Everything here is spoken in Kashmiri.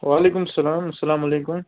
وَعلیکُم سَلام اَسَلامَ علیکُم